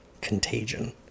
contagion